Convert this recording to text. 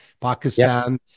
pakistan